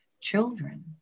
children